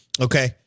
Okay